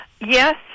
yes